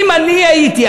אם אני הייתי,